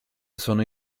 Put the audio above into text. sono